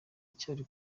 icyari